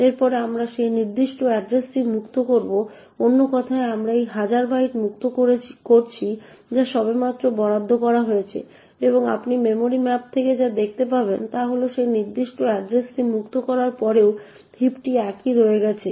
এরপরে আমরা সেই নির্দিষ্ট এড্রেসটি মুক্ত করব অন্য কথায় আমরা এই হাজার বাইট মুক্ত করছি যা সবেমাত্র বরাদ্দ করা হয়েছে এবং আপনি মেমরি ম্যাপ থেকে যা দেখতে পাবেন তা হল সেই নির্দিষ্ট এড্রেসটি মুক্ত করার পরেও হিপটি একই রয়ে গেছে